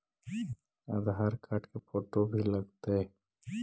आधार card के photo भी लग तै?